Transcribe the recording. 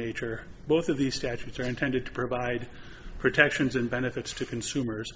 nature both of these statutes are intended to provide protections and benefits to consumers